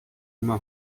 uma